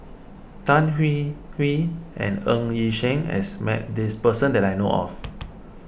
Tan Hwee Hwee and Ng Yi Sheng has met this person that I know of